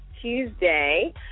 Tuesday